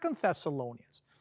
Thessalonians